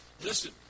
listen